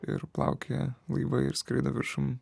ir plaukioja laivai ir skraido viršum